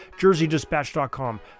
JerseyDispatch.com